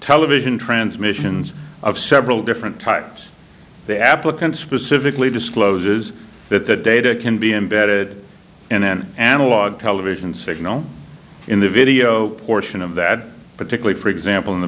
television transmissions of several different types the applicant specifically discloses that the data can be embedded in an analog television signal in the video portion of that particularly for example in the